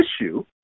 issue